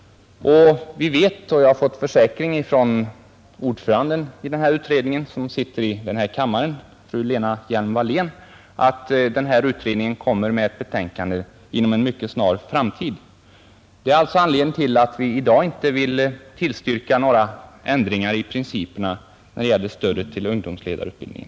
Vi vet, och jag har från fru Lena Hjelm-Wallén som är ordförande i utredningen och sitter i denna kammare, fått försäkring om att utredningen kommer med ett betänkande inom ett mycket snar framtid. Det är alltså anledningen till att vi i dag inte vill tillstyrka några ändringar i principerna för stödet till ungdomsledarutbildningen.